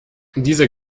dieser